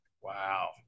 Wow